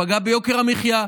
פגע ביוקר המחיה,